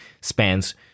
spans